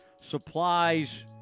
Supplies